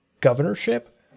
governorship